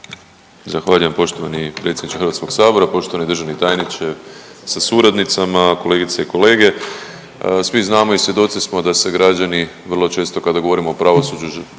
Zahvaljujem poštovani predsjedniče HS-a, poštovani državni tajniče sa suradnicama, kolegice i kolege. Svi znamo i svjedoci smo da se građani vrlo često, kada govorimo o pravosuđu